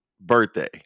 birthday